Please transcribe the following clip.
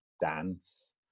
dance